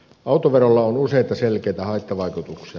autoverolla on useita selkeitä haittavaikutuksia